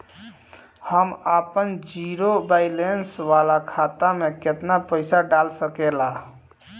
हम आपन zero balance वाला खाता मे केतना पईसा डाल सकेला?